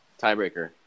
tiebreaker